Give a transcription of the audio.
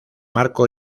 marco